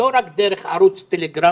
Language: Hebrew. לא רק דרך ערוץ טלגרם.